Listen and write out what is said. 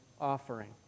offering